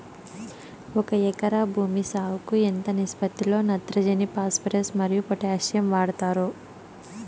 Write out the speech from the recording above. ఒక ఎకరా భూమి సాగుకు ఎంత నిష్పత్తి లో నత్రజని ఫాస్పరస్ మరియు పొటాషియం వాడుతారు